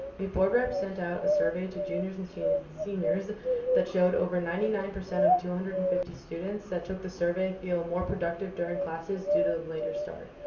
the board reps sent out a survey to juniors and seniors that showed over ninety nine percent of two hundred and fifty students that took the survey feel more productive during classes due to the later start.